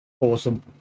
Awesome